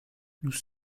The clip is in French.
nous